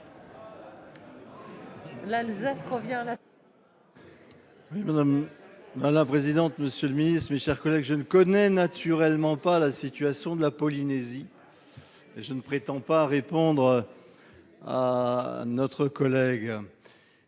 L'Alsace revient. Oui, même à la présidente, monsieur le mise, mes chers collègues, je ne connais naturellement pas la situation de la Polynésie et je ne prétends pas répondre à notre collègue,